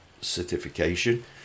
certification